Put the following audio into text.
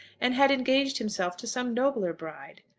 and had engaged himself to some nobler bride?